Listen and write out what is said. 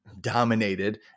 dominated